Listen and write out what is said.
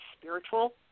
spiritual